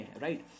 Right